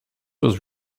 was